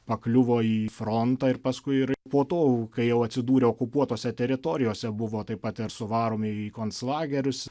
pakliuvo į frontą ir paskui ir po to kai jau atsidūrė okupuotose teritorijose buvo taip pat ir suvaromi į konclagerius